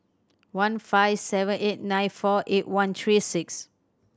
one five seven eight nine four eight one three six